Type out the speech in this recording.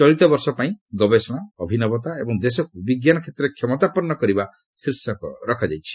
ଚଳିତବର୍ଷ ପାଇଁ ଗବେଷଣା ଅଭିନବତା ଏବଂ ଦେଶକୁ ବିଜ୍ଞାନ କ୍ଷେତ୍ରରେ କ୍ଷମତାପନ୍ନ କରିବା ଶୀର୍ଷକ ରଖାଯାଇଛି